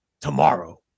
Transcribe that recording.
tomorrow